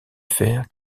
faire